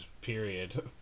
period